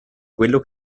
quello